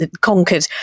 conquered